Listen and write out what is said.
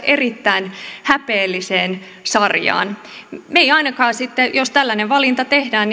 erittäin häpeälliseen sarjaan me emme ainakaan sitten jos tällainen valinta tehdään